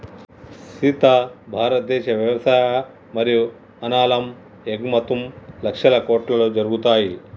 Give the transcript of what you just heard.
సీత భారతదేశ వ్యవసాయ మరియు అనాలం ఎగుమతుం లక్షల కోట్లలో జరుగుతాయి